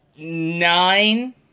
nine